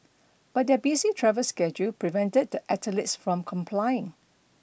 but their busy travel schedule prevented the athletes from complying